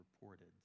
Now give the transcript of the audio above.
reported